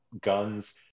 guns